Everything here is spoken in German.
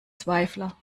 zweifler